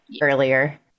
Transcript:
earlier